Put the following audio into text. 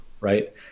Right